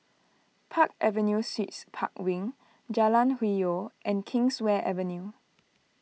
Park Avenue Suites Park Wing Jalan Hwi Yoh and Kingswear Avenue